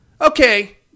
Okay